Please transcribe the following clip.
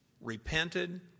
repented